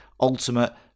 ultimate